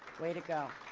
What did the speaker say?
way to go.